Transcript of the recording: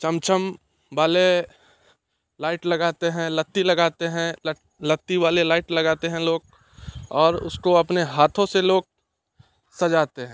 छम छम वाले लाइट लगाते हैं लत्ती लगते हैं लत्ती वाले लाइट लगाते हैं लोग और उसको अपने हाथों से लोग सजाते हैं